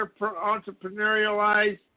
entrepreneurialize